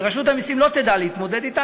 ורשות המסים לא תדע להתמודד אתם,